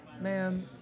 Man